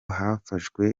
hafashwe